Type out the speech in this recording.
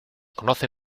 conoce